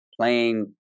playing